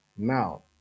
now